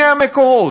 הנה המקורות.